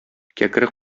кәкре